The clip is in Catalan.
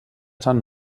sant